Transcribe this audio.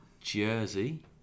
Jersey